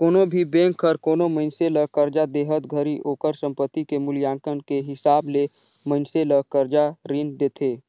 कोनो भी बेंक हर कोनो मइनसे ल करजा देहत घरी ओकर संपति के मूल्यांकन के हिसाब ले मइनसे ल करजा रीन देथे